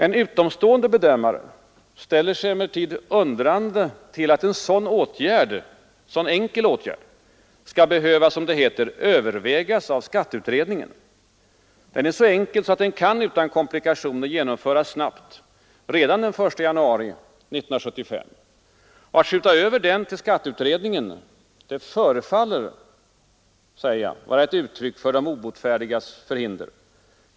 En utomstående bedömare ställer sig emellertid undrande till att en sådan åtgärd skall behöva, som det heter, ”övervägas av skatteutredningen”. Den är så enkel att den utan komplikationer kan genomföras snabbt, redan från den 1 januari 1975. Att skjuta över den till skatteutredningen förefaller vara ett uttryck för de obotfärdigas förhinder.